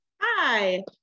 Hi